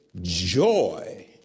joy